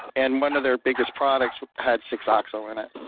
and one of their biggest products had six oxyl in it.